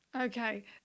Okay